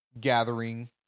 gathering